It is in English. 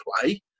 play